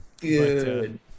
Good